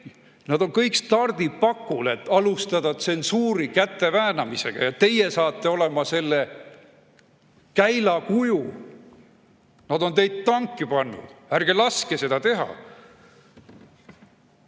Nad on kõik stardipakul, et alustada tsensuuri käteväänamisega, ja teie saate olema selle käilakuju. Nad on teid tanki pannud. Ärge laske seda teha!